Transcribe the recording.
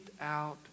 out